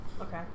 Okay